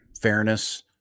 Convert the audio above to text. fairness